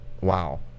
Wow